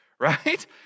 right